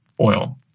oil